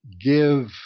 give